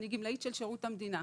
אני גמלאית של שירות המדינה.